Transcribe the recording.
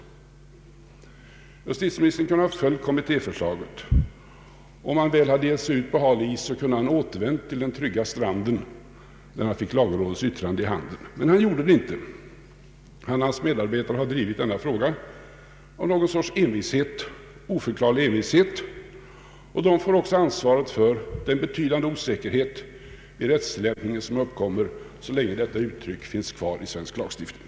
Om justitieministern hade gett sig ut på hal is kun de han ha återvänt till den trygga stranden när han fick lagrådets yttrande i handen. Men det gjorde han inte. Han och hans medarbetare har drivit denna fråga av någon sorts oförklarlig envishet. De får också bära ansvaret för den betydande osäkerhet i rättstillämpningen som uppkommer så länge detta uttryck finns kvar i svensk lagstiftning.